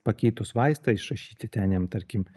pakeitus vaistą išrašyti ten jam tarkim